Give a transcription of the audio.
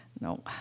No